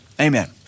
Amen